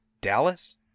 Dallas